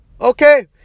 Okay